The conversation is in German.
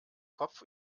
kopf